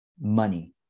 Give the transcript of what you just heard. money